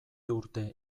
urte